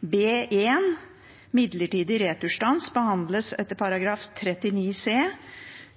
B 1, umiddelbar returstans, behandles etter § 39 c i